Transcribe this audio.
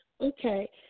Okay